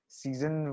season